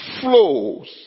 flows